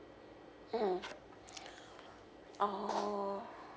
mm orh